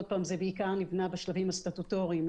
זה בעיקר נבנה בשלבים הסטטוטוריים,